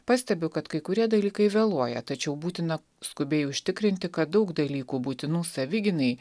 pastebiu kad kai kurie dalykai vėluoja tačiau būtina skubiai užtikrinti kad daug dalykų būtinų savigynai